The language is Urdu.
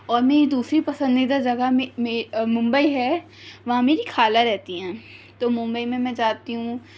اور میری دوسری پسندیدہ جگہ میں ممبئی ہے وہاں میری خالہ رہتی ہیں تو ممبئی میں میں جاتی ہوں